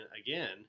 again